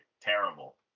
terrible